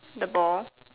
the ball